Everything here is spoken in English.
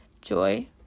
joy